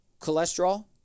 cholesterol